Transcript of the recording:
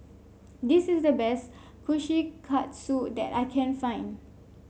this is the best Kushikatsu that I can find